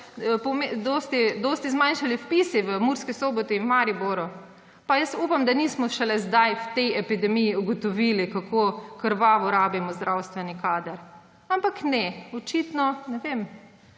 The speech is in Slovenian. dosti zmanjšali vpisi v Murski Soboti in v Mariboru. Upam, da nismo šele zdaj, v tej epidemiji ugotovili, kako krvavo rabimo zdravstveni kader. Ampak ne, očitno takrat,